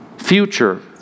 Future